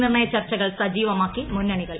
നിർണ്ണയ ചർച്ചകൾ സജീവമാക്കി മൂന്നണികൾ